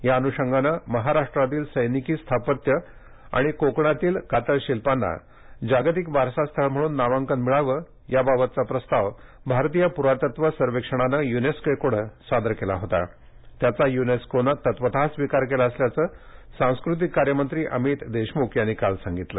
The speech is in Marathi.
त्या अनुषंगानं महाराष्ट्रातील सैनिकी स्थापत्य आणि कोकणातील कातळशिल्पांना जागतिक वारसा स्थळ म्हणून नामांकन मिळवं याबाबतचा प्रस्ताव भारतीय पुरातत्व सर्वेक्षणानं युनेस्कोकडे सादर केला होता त्याचा युनेस्कोनं तत्वत स्वीकार केला असल्याचं सांस्कृतिक कार्य मंत्री अमित देशमुख यांनी काल सांगितलं